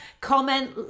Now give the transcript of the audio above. comment